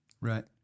Right